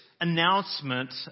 announcement